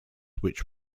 which